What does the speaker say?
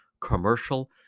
commercial